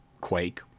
Quake